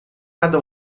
cada